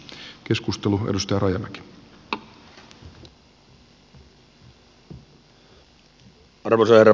arvoisa herra puhemies